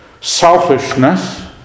selfishness